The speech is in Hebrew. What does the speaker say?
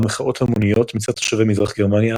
אולם מחאות המוניות מצד תושבי מזרח גרמניה